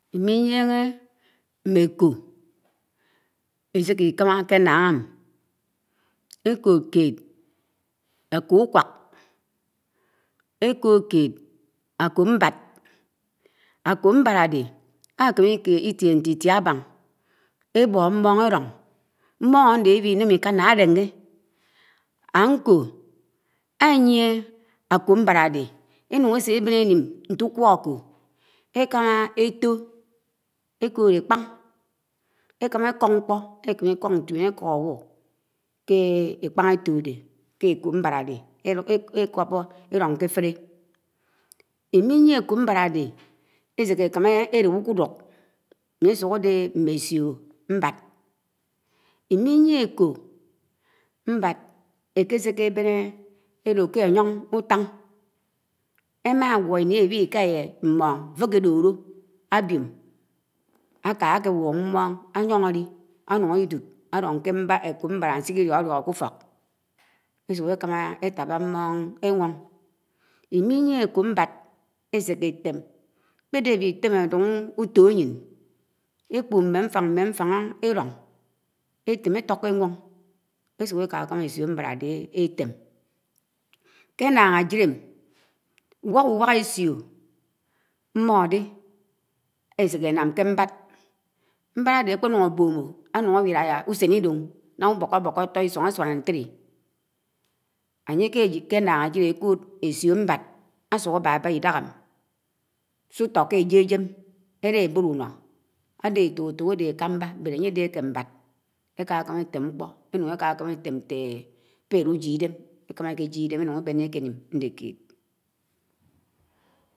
Iminyĩghé mé ákò isiki kámá ké ánnán m, ékood kèd ákò ùkwák, ékwood kéd ákò mbád. Ákò mbád ádè ákèmi tie nte itiá ábáng, ébò mmón édón, mmóñ ándè ábi ném ikánná, ádèngè, ánkò ányiě ákò nbád ádè énùn ésé bén énim nte ùkwò ákò, ékámá étò, èkood ékpáñ, èkámá èkók mkpó ékémi kòk ntuẽn, ékòk ábu ké áfèrè, iminyié ákò mbád ádè éséké ékàmà édédé ákùduk, ányè suk ádè mé ésió mbád, iminyié ákò mbád ékésé ké èbèn édòd kè ányoñ után ámágwó ini ébihi ká mmóñ àfò ákè dòrò ábiòn ákè wùk mmón ányióñ ádi ádi dòd ádóñ ké ákè mbád siki. Diódiógó k’ùfok ésùk ékámá étápá mmóñ énwóñ. Iminyié ákò mbád éséké tém, kpèdè édi tém ádùng ùto ányén, èkpòk mé mfáng, mé mfáng édoñ étem ètókó enwóñ, èsùk éké kámá èsió mbád ádè étém kè onnán ájid m uwák uwák èsió mmòdé éséké énàm kè mbád mbád ádè ákpè nuñ ábòmò ánùñ ábiádá úsèn idé o nághá ubókòbókò átò isóñg ásyáñá ntédé, ányè ké ájid ké ánnán ájid ekòd ésió mbád ásùk ábábá idághám sútó ké ájèjèm édá ébood unó. ádé étòk étòk, ádè ékàmbà but ányè dè ákè mbád, èkákámá ètèm mkpò, ekakama etem nte pait ujié idem èkámákè éjiè idem énuñ èbènnè éké nim ndé kèd.